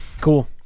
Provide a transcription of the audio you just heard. Cool